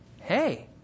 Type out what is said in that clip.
Hey